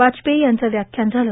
वाजपेयी यांचं व्याख्यान झालं